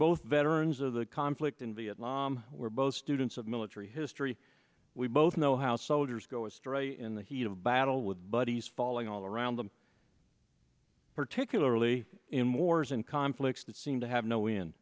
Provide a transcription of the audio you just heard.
both veterans of the conflict in vietnam were both students of military history we both know how soldiers go astray in the heat of battle with buddies falling all around them particularly in mortars and conflicts that seem to have no win